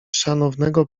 szanownego